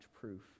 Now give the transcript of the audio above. proof